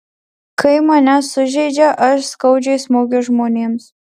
kai mane sužeidžia aš skaudžiai smogiu žmonėms